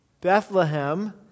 Bethlehem